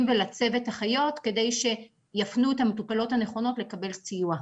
ולצוות האחיות כדי שיפנו את המטופלות הנכונות לקבל סיוע.